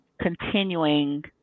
continuing